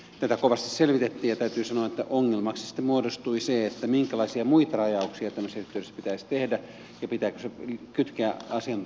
tätä kovasti selvitettiin ja täytyy sanoa että ongelmaksi sitten muodostui se minkälaisia muita rajauksia tämmöisessä yhteydessä pitäisi tehdä ja pitääkö se kytkeä asianosaisen asemaan